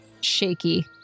shaky